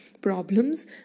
problems